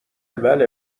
بله